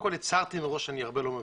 הצהרתי מראש שאני הרבה לא מבין.